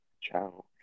Ciao